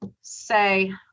say